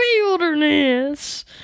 wilderness